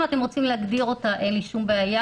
אם אתם רוצים להגדיר אותה אין לי שום בעיה